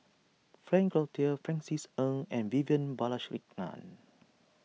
Frank Cloutier Francis Ng and Vivian Balakrishnan